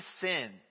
sin